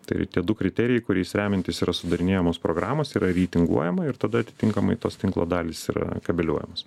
tai tie du kriterijai kuriais remiantis yra sudarinėjamos programos yra reitinguojama ir tada atitinkamai tos tinklo dalys yra kabeliuojamos